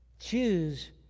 choose